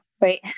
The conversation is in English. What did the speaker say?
right